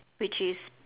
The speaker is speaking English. which is